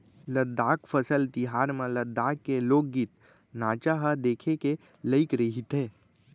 लद्दाख फसल तिहार म लद्दाख के लोकगीत, नाचा ह देखे के लइक रहिथे